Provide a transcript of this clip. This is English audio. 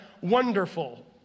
wonderful